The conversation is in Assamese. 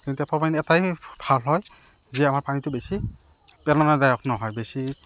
কিন্তু টেপৰ পানী এটাই ভাল হয় যে আমাৰ পানীটো বেছি পেলনাদায়ক নহয় বেছি